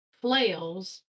flails